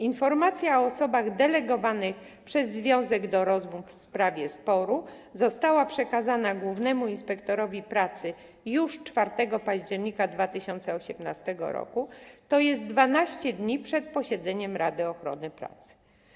Informacja o osobach delegowanych przez związek do rozmów w sprawie sporu została przekazana głównemu inspektorowi pracy już 4 października 2018 r., tj. 12 dni przed posiedzeniem Rady Ochrony Pracy.